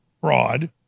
fraud